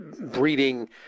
breeding